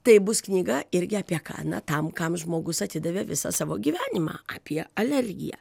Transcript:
tai bus knyga irgi apie ką na tam kam žmogus atidavė visą savo gyvenimą apie alergiją